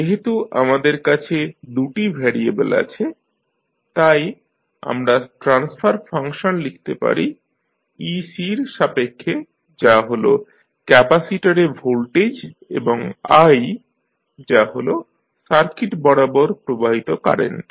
যেহেতু আমাদের কাছে 2 টি ভ্যারিয়েবেল আছে তাই আমরা ট্রান্সফার ফাংশন লিখতে পারি ec র সাপেক্ষে যা হল ক্যাপাসিটরে ভোল্টেজ এবং i যা হল সার্কিট বরাবর প্রবাহিত কারেন্ট